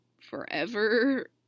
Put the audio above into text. forever